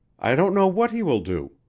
i don't know what he will do,